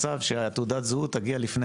יש מצב שתעודת הזהות תגיע לפני